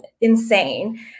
insane